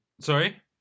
Sorry